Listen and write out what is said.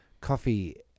coffee